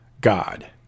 God